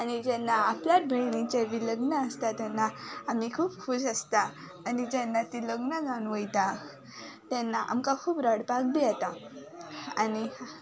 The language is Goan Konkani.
आनी जेन्ना आपल्यात भयणीचें बी लग्न आसता तेन्ना आमी खूब खूश आसता आनी जेन्ना ती लग्न जावन वयता तेन्ना आमकां खूब रडपाक बी येता आनी